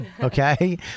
Okay